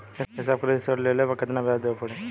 ए साहब कृषि ऋण लेहले पर कितना ब्याज देवे पणी?